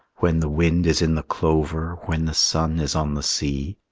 when the wind is in the clover, when the sun is on the sea.